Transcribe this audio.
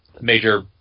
Major